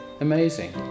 amazing